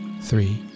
three